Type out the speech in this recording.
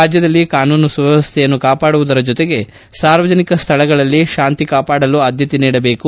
ರಾಜ್ಯದಲ್ಲಿ ಕಾನೂನು ಸುವ್ನವಸ್ಸೆಯನ್ನು ಕಾಪಾಡುವುದರ ಜೊತೆಗೆ ಸಾರ್ವಜನಿಕ ಸ್ಲಳಗಳಲ್ಲಿ ಶಾಂತಿ ಕಾಪಾಡಲು ಆದ್ದತೆ ನೀಡಬೇಕು